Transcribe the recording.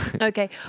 Okay